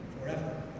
forever